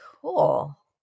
Cool